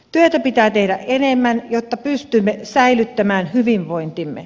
työtä pitää tehdä enemmän jotta pystymme säilyttämään hyvinvointimme